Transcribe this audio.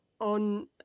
on